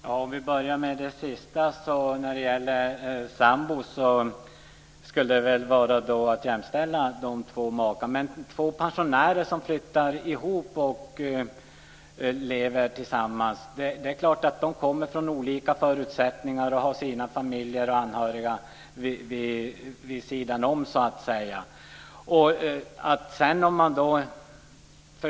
Herr talman! Jag börjar med det sista, frågan om sambor är att jämställa med två makar. Två pensionärer som flyttar ihop och lever tillsammans kommer från olika förutsättningar och har sina familjer och anhöriga vid sidan av, så att säga.